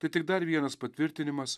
tai tik dar vienas patvirtinimas